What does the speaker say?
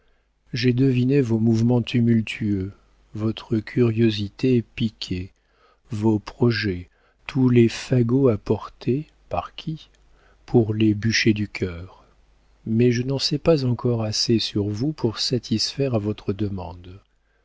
j'ai deviné vos mouvements tumultueux votre curiosité piquée vos projets tous les fagots apportés par qui pour les bûchers du cœur mais je n'en sais pas encore assez sur vous pour satisfaire à votre demande